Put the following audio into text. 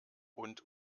und